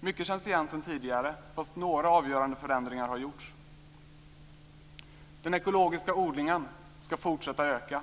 Mycket känns igen sedan tidigare, men några avgörande förändringar har gjorts. Den ekologiska odlingen ska fortsätta att öka.